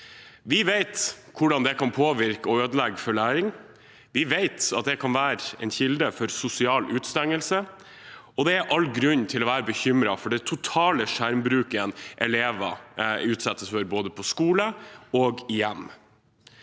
Vi vet hvordan det kan påvirke og ødelegge for læring. Vi vet at det kan være en kilde til sosial utestengelse. Det er altså all grunn til å være bekymret for den totale skjermbruken elever utsettes for, både på skolen og hjemme.